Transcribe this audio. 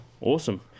awesome